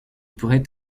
pourrait